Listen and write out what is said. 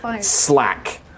slack